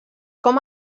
com